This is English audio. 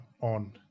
on